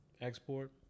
export